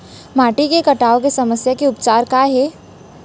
माटी के कटाव के समस्या के उपचार काय हे?